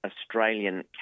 Australian